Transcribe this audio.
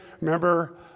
remember